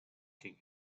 king